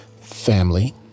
family